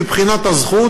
מבחינת הזכות,